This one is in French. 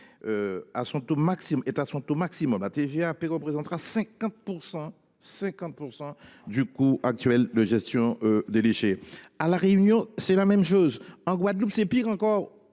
sera à son taux maximum. La TGAP représentera 50 % du coût actuel de gestion des déchets. À La Réunion, c’est la même chose. En Guadeloupe, c’est pire encore